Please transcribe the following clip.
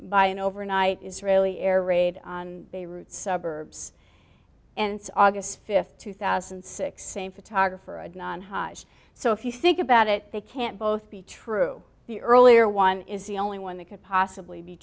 by an overnight israeli air raid on beirut suburbs and it's august fifth two thousand and six same photographer and non hodge so if you think about it they can't both be true the earlier one is the only one that could possibly be